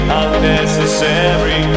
unnecessary